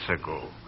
ago